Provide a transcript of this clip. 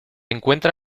encuentra